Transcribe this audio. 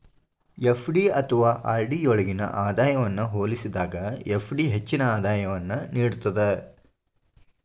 FD ಅಥವಾ RD ಯೊಳ್ಗಿನ ಆದಾಯವನ್ನ ಹೋಲಿಸಿದಾಗ ಎಫ್.ಡಿ ಹೆಚ್ಚಿನ ಆದಾಯವನ್ನು ನೇಡ್ತದ